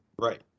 Right